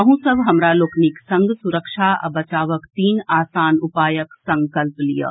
अहूँ सभ हमरा लोकनिक संग सुरक्षा आ बचावक तीन आसान उपायक संकल्प लियऽ